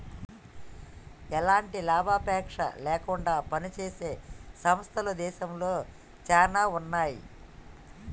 ఎలాంటి లాభాపేక్ష లేకుండా పనిజేసే సంస్థలు దేశంలో చానా ఉన్నాయి